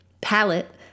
palette